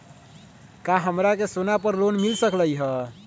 का हमरा के सोना पर लोन मिल सकलई ह?